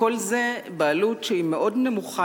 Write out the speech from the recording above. וכל זה בעלות שהיא מאוד נמוכה,